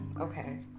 okay